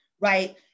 right